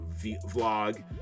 vlog